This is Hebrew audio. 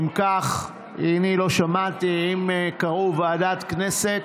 אם כך, לא שמעתי, אם קראו: ועדת כנסת,